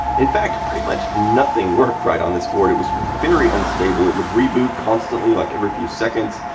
in fact, pretty much nothing worked right on this board. it was very unstable! it would reboot constantly like every few seconds,